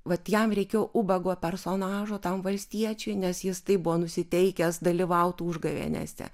vat jam reikėjo ubago personažo tam valstiečiui nes jis taip buvo nusiteikęs dalyvauti užgavėnėse